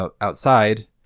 outside